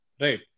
Right